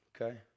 Okay